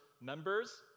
members